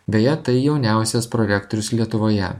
beje tai jauniausias projektorius lietuvoje